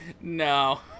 No